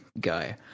guy